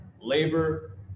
labor